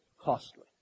costly